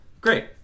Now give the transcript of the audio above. Great